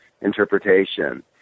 interpretation